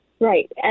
Right